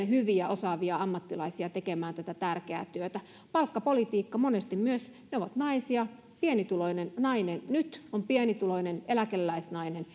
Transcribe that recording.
hyviä osaavia ammattilaisia tekemään tätä tärkeää työtä palkkapolitiikka monesti he ovat naisia pienituloinen nainen nyt on pienituloinen eläkeläisnainen